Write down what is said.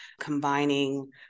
combining